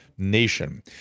nation